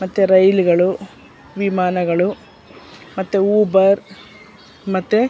ಮತ್ತು ರೈಲುಗಳು ವಿಮಾನಗಳು ಮತ್ತೆ ಊಬರ್ ಮತ್ತು